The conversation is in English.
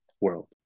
world